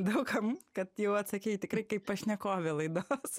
daug kam kad jau atsakei tikrai kaip pašnekovė laidos